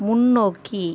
முன்னோக்கி